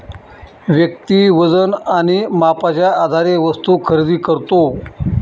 व्यक्ती वजन आणि मापाच्या आधारे वस्तू खरेदी करतो